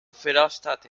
veranstalte